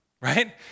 Right